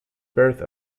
birth